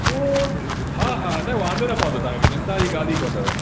ओ हा हा न वांदो न पवंदो तव्हां खे चिंता जी ॻाल्हि ई कोन अथव